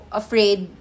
afraid